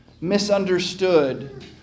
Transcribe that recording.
misunderstood